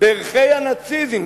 בערכי הנאציזם.